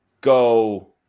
go